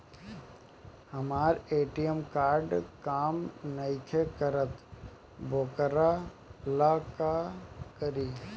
हमर ATM card काम नईखे करत वोकरा ला का करी?